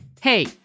Hey